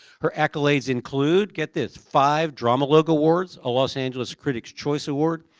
her accolades include, get this, five dramalogue awards, a los angeles critic's choice award,